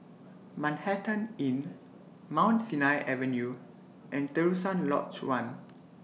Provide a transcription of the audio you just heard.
Manhattan Inn Mount Sinai Avenue and Terusan Lodge one